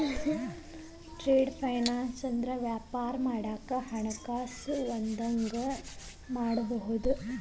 trade finance ಅಂದ್ರ ವ್ಯಾಪಾರ ಮಾಡಾಕ ಹಣಕಾಸ ಒದಗಂಗ ಮಾಡುದು